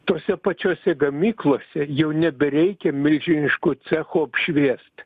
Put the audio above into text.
tose pačiose gamyklose jau nebereikia milžiniškų cechų apšviest